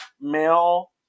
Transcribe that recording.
male